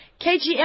KGM